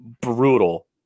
brutal